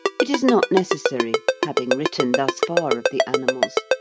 it is not necessary, having written thus far of the animals,